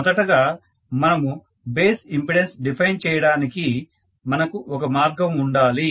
మొదటగా మనము base impedance define చేయడానికి మనకు ఒక మార్గం ఉండాలి